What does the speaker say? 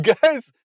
Guys